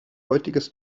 heutiges